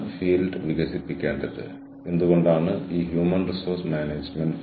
നിങ്ങളിൽ പലരും ഒരുപക്ഷേ കുറച്ച് മുമ്പ് അത് പോലെ ഒരു ജീവിതം ഉണ്ടായിരുന്നു എന്ന് മനസ്സിലാക്കിയിട്ടില്ല